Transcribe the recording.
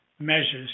measures